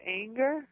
anger